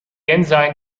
enzyme